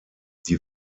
die